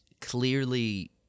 clearly